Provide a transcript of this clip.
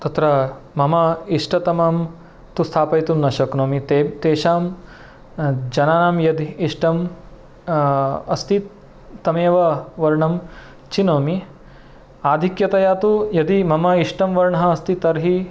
तत्र मम इष्टतमं तु स्थापयितुं न शक्नोमि ते तेषां जनानां यद् इष्टम् अस्ति तमेव वर्णं चिनोमि आधिक्यतया तु यदि मम इष्टं वर्णः अस्ति तर्हि